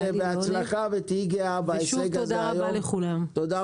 שוב תודה רבה לכולם.